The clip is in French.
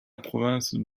province